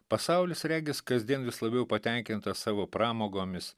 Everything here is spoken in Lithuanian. pasaulis regis kasdien vis labiau patenkintas savo pramogomis